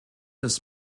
ist